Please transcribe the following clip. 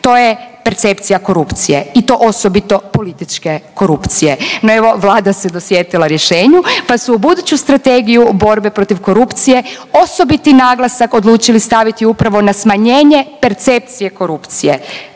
to je percepcija korupcije i to osobito političke korupcije. No, evo Vlada se dosjetila rješenju, pa su u buduću Strategiju borbe protiv korupcije osobiti naglasak odlučili staviti upravo na smanjenje percepcije korupcije,